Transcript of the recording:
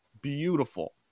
beautiful